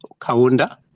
Kaunda